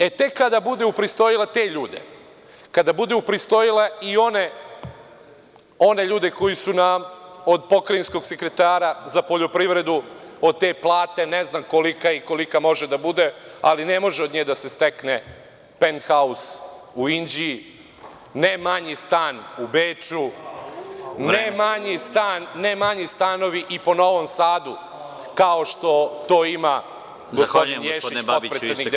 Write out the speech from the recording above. E tek kada bude upristojila te ljude, kada bude upristojila i one ljude koji su nam od pokrajinskog sekretara za poljoprivredu, od te plate, ne znam kolika je i kolika može da bude, ali ne može od nje da se stekne penthaus u Inđiji, ne manji stan u Beču, ne manji stanovi i po Novom Sadu, kao što to ima gospodin Ješić, potpredsednik DS.